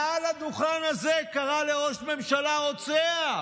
מעל הדוכן הזה קרא לראש ממשלה "רוצח".